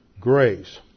grace